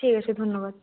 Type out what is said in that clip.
ঠিক আসে ধন্যবাদ